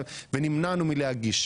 נמנענו מלהגיש.